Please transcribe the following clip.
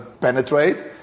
penetrate